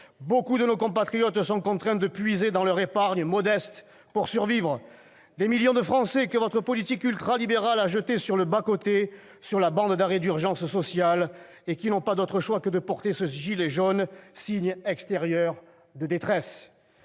Beaucoup de nos compatriotes sont contraints de puiser dans leur épargne modeste pour survivre. Des millions de Français que votre politique ultralibérale a jetés sur le bas-côté, sur la bande d'arrêt d'urgence sociale et qui n'ont pas d'autre choix que de porter ce gilet jaune, signe extérieur de détresse